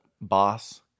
boss